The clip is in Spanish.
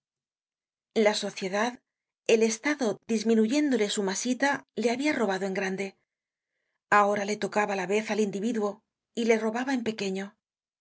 la sociedad el estado disminuyéndole su masita le habia robado en grande abora le tocaba la vez al individuo y le robaba en pequeño